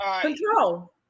Control